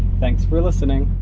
thanks for listening